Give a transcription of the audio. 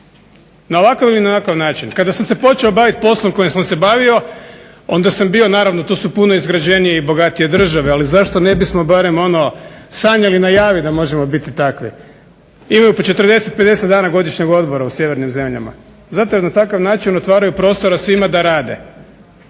na ovakav ili onakav način. Kada sam se počeo baviti poslom kojim sam se bavio onda sam bio naravno tu su puno izgrađenije i bogatije države, ali zašto ne bismo barem ono sanjali na javi da možemo biti takvi. Imaju po 40, 50 dana godišnjeg odmora u sjevernim zemljama. Zato jer na takav način otvaraju prostora svima da rade.